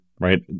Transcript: right